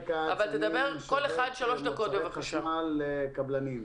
אני משווק מוצרי חשמל לקבלנים.